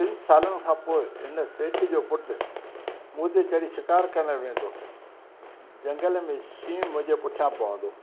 टिनि सालनि खां पोइ हिन सेठ जो पुटु मूं ते चढ़ी शिकारु करणु वेंदो जंगल में शींहं मुंहिंजे पुठियां पवंदो